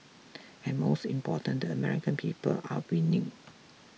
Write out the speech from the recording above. and most important the American people are winning